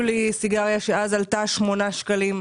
לי סיגריה רגילה שאז עלתה בחנות שמונה שקלים.